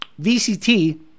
VCT